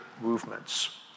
movements